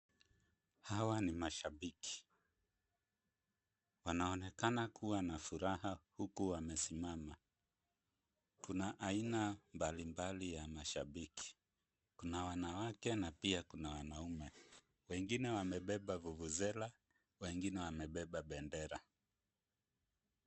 Hawa ni mashabiki. Wanaonekana kuwa na furaha huku wamesimama, kuna aina mbalimbali ya mashabiki. Kuna wanawake na pia kuna wanaume, wengine wamebeba vuvuzela, wengine wamebeba bendera.